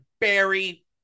Barry